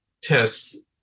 tests